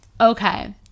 Okay